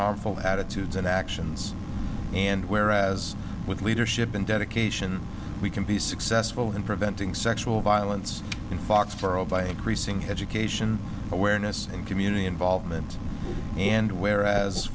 harmful attitudes and actions and where as with leadership and dedication we can be successful in preventing sexual violence in foxborough by creasing education awareness and community involvement and where as